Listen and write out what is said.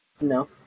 No